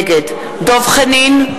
נגד דב חנין,